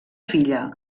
filla